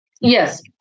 Yes